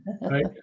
right